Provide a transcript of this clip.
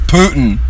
Putin